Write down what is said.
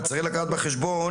אבל צריך לקחת בחשבון,